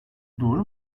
doğru